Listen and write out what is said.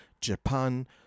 Japan